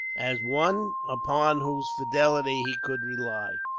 as one upon whose fidelity he could rely.